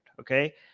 okay